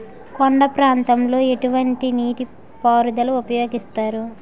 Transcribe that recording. కొండ ప్రాంతాల్లో ఎటువంటి నీటి పారుదల ఉపయోగిస్తారు?